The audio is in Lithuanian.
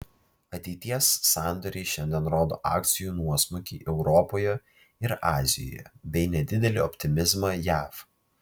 ateities sandoriai šiandien rodo akcijų nuosmukį europoje ir azijoje bei nedidelį optimizmą jav